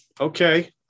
okay